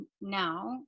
now